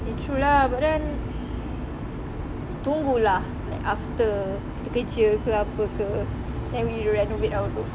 eh true lah but then tunggu lah like after kita kerja ke apa ke then we renovate our room